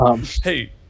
Hey